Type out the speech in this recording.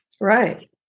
Right